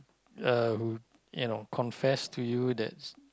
uh who you know confess to you that's